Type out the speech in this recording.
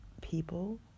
people